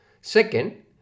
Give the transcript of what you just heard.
Second